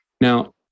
Now